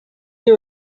you